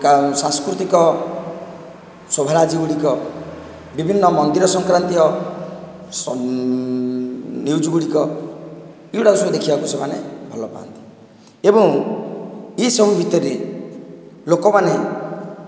ସାଂସ୍କୃତିକ ଶୋଭାରାଜି ଗୁଡ଼ିକ ବିଭିନ୍ନ ମନ୍ଦିର ସଂକ୍ରାନ୍ତୀୟ ନ୍ୟୁଜ ଗୁଡ଼ିକ ଏ ଗୁଡ଼ାକ ସବୁ ଦେଖିବାକୁ ସେମାନେ ଭଲ ପାଆନ୍ତି ଏବଂ ଏସବୁ ଭିତରେ ଲୋକମାନେ